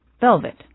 velvet